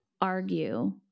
argue